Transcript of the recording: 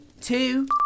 two